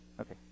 Okay